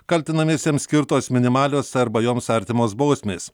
kaltinamiesiems skirtos minimalios arba joms artimos bausmės